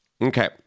Okay